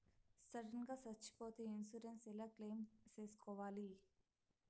Sudden గా సచ్చిపోతే insurance ఎలా క్లెయిమ్ సేసుకోవాలి?